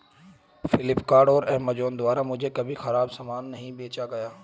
फ्लिपकार्ट और अमेजॉन द्वारा मुझे कभी खराब सामान नहीं बेचा गया